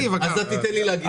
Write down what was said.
אז תן לי להגיב.